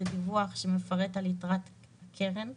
זה דיווח שמפרט על יתרת הקרן היום.